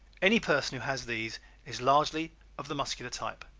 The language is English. any person who has these is largely of the muscular type,